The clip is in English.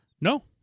No